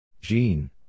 Jean